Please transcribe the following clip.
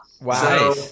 Wow